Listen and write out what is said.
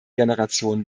generation